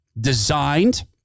designed